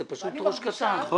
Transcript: זה פשוט ראש קטן.